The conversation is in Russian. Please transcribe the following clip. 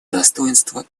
достоинства